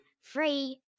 Free